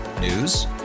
News